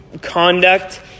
conduct